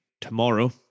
tomorrow